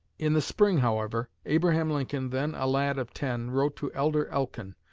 in the spring, however, abraham lincoln, then a lad of ten, wrote to elder elkin,